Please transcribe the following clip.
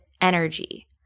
energy